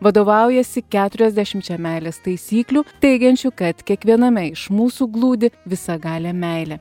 vadovaujasi keturiasdešimčia meilės taisyklių teigiančių kad kiekviename iš mūsų glūdi visagalė meilė